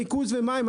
ניקוז ומים.